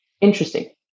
interesting